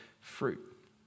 fruit